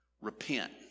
Repent